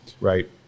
Right